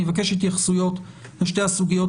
אני מבקש התייחסויות לשתי הסוגיות